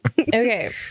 okay